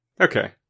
Okay